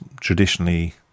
traditionally